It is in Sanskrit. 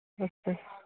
अस्तु